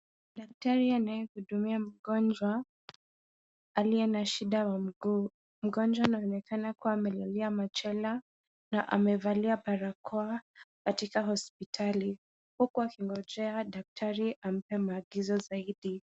Daktari anayehudumia mgonjwa aliye na shida wa mguu. Mgonjwa anaonekana kuwa amelalia machwela na amevalia barakoa katika hospitali, huku akingojea daktari ampe maagizo zaidi.